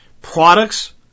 Products